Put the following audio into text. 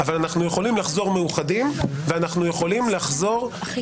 אנחנו יכולים לחזור מאוחדים,